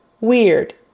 weird